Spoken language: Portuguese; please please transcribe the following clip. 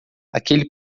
aquele